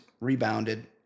rebounded